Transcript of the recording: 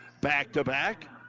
back-to-back